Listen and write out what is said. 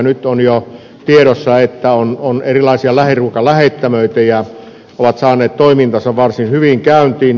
nyt on jo tiedossa että on erilaisia lähiruokalähettämöitä ja ne ovat saaneet toimintansa varsin hyvin käyntiin